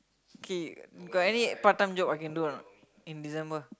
K you got any part time job I can do or not in December